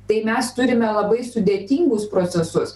tai mes turime labai sudėtingus procesus